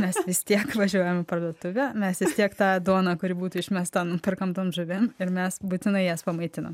mes jis tiek važiuojam į parduotuvę mes vis tiek tą duoną kuri būtų išmesta nuperkam žuvim ir mes būtinai jas pamaitinam